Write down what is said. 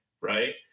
Right